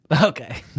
okay